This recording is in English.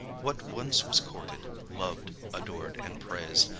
what once was courted, lov'd, adored, and prais'd,